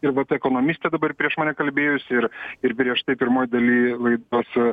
ir vat ekonomistė dabar prieš mane kalbėjusi ir ir prieš tai pirmoj daly laidos